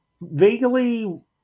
vaguely